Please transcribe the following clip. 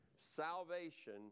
Salvation